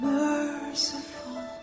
merciful